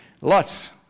Lots